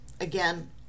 Again